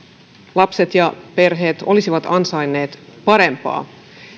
lapset ja perheet olisivat ansainneet parempaa